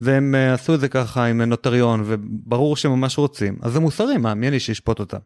והם עשו את זה ככה עם נוטריון, וברור שהם ממש רוצים. אז זה מוסרי, מה, מי אני שאשפוט אותם?